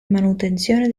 manutenzione